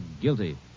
guilty